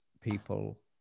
people